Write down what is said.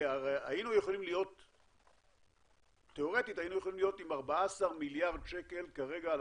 הרי תיאורטית היינו יכולים להיות עם 14 מיליארד שקל כרגע על